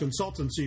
consultancy